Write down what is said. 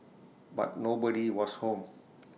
but nobody was home